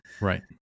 Right